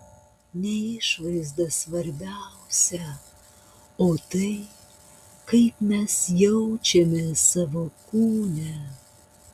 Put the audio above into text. ne išvaizda svarbiausia o tai kaip mes jaučiamės savo kūne